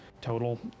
total